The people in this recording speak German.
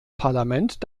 parlament